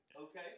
Okay